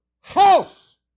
house